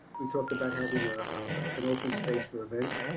we talked about having a an open space for events.